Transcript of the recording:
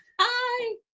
Hi